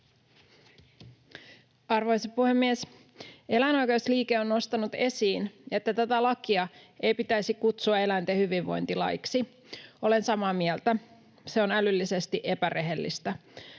Arvoisa puhemies! Eläinoikeusliike on nostanut esiin, että tätä lakia ei pitäisi kutsua eläinten hyvinvointilaiksi. Olen samaa mieltä. Se on älyllisesti epärehellistä.